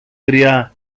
γριά